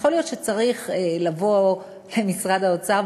יכול להיות שצריך לבוא למשרד האוצר,